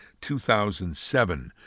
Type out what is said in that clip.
2007